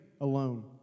alone